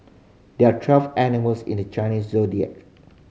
there are twelve animals in the Chinese Zodiac